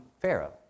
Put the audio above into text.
Pharaoh